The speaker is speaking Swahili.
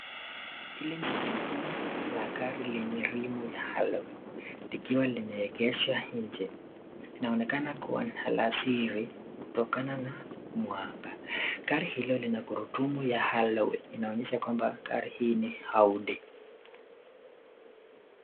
Hili ni gurudumu la gari lenye rimu ya halowe likiwa limeegeshwa kwa nje, linaonekana kuwa ni alasiri kutokana na mwanga, gari hilo lina gurudumu ya halowe, inaonyesha ya kwamba gari hili ni Audi.